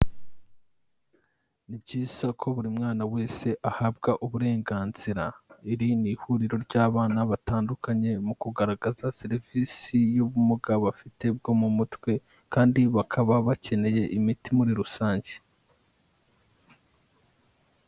Ni byiza ko buri mwana wese ahabwa uburenganzira. Iri ni ihuriro ry'abana batandukanye mu kugaragaza serivisi y'ubumuga bafite bwo mu mutwe kandi bakaba bakeneye imiti muri rusange.